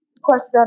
Question